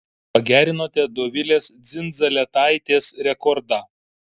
pagerinote dovilės dzindzaletaitės rekordą